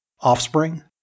offspring